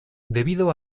debido